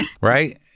Right